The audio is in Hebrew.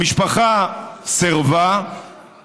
המשפחה סירבה,